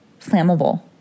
flammable